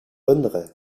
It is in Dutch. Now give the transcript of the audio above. runderen